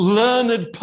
learned